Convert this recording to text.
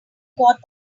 got